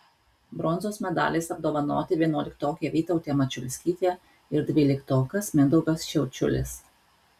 bronzos medaliais apdovanoti vienuoliktokė vytautė mačiulskytė ir dvyliktokas mindaugas šiaučiulis